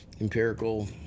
empirical